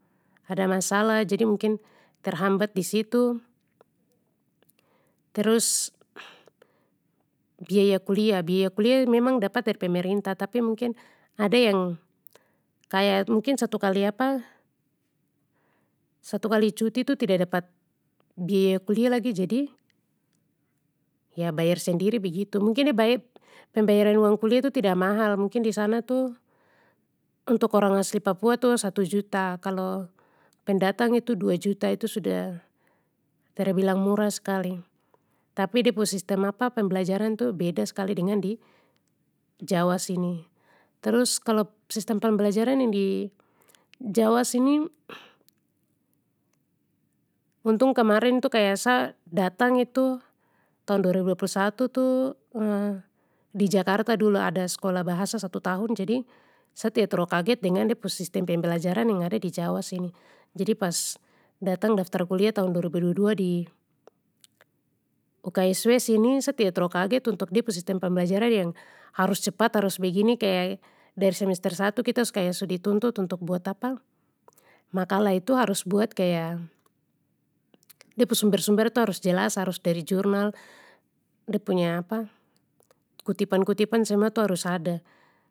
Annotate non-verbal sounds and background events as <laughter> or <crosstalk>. Ada masalah jadi mungkin terhambat disitu. Terus, biaya kuliah biaya kuliah memang dapat dari pemerintah tapi mungkin ada yang, kaya mungkin satu kali <hesitation> satu kali cuti tu tida dapat biaya kuliah lagi jadi, ya bayar sendiri begitu mungkin de bait pembayaran uang kuliah itu tidak mahal mungkin disana tu untuk orang asli papua tu satu juta kalo pendatang itu dua juta itu sudah, terbilang murah skali. Tapi de pu sistem <hesitation> pembelajaran tu beda skali dengan di jawa sini, terus kalo sistem pembelajaran yang di, jawa sini, untung kemarin tu kaya sa datang itu tahun dua ribu dua puluh satu tu <hesitation> di jakarta dulu ada skolah bahasa satu tahun jadi sa tida terlalu kaget dengan de pu sistem pembelajaran yang ada di jawa sini, jadi pas datang daftar kuliah tahun dua ribu dua dua di, UKSW sini sa tida terlalu untuk de pu sistem pembelajaran yang harus cepat harus begini kaya dari semester satu kita su kaya su dituntut untuk buat <hesitation> makalah itu harus buat kaya, de pu sumber sumber itu harus jelas harus dari jurnal de punya <hesitation> kutipan kutipan semua itu harus ada.